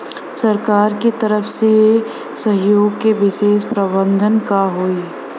सरकार के तरफ से सहयोग के विशेष प्रावधान का हई?